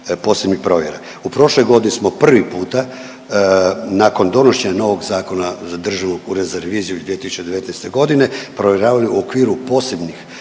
posebnih provjera. U prošloj godini smo prvi puta nakon donošenja novog Zakona za Državnog ureda za reviziju iz 2019.g. provjeravali u okviru posebnih